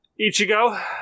Ichigo